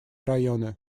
районы